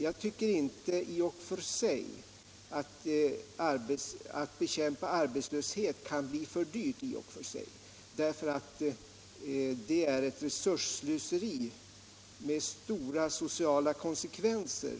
Jag tycker i och för sig inte att bekämpandet av arbetslösheten kan bli för dyrt, eftersom en arbetslöshet i ett modernt samhälle är ett resursslöseri med stora sociala konsekvenser.